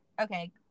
Okay